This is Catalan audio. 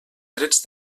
drets